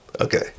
Okay